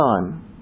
time